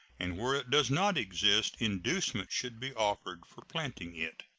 and where it does not exist inducements should be offered for planting it.